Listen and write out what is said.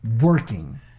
working